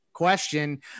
question